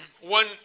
one